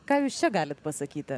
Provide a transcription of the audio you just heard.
ką jūs čia galit pasakyti